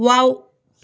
wow